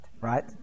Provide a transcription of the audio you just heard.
right